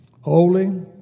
holy